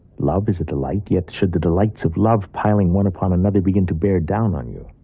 love is delight, yet should the delights of love piling one upon another begin to bear down on you,